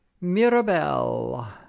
Mirabelle